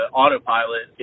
autopilot